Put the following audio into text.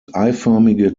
eiförmige